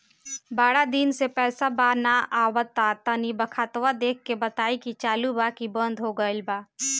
बारा दिन से पैसा बा न आबा ता तनी ख्ताबा देख के बताई की चालु बा की बंद हों गेल बा?